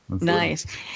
Nice